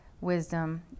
wisdom